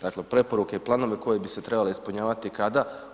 Dakle preporuke i planovi koji bi se trebali ispunjavati kada?